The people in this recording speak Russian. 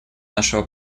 нашего